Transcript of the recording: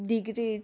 ডিগ্ৰীৰ